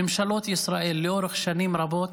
ממשלות ישראל לאורך שנים רבות,